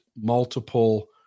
multiple